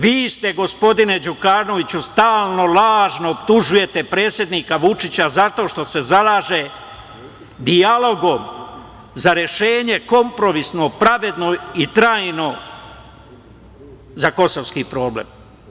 Vi, gospodine Đukanoviću, stalno lažno optužujete predsednika Vučića zato što se zalaže dijalogom za rešenje kompromisno, pravedno i trajno za kosovski problem.